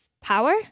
power